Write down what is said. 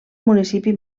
municipi